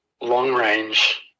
long-range